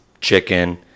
chicken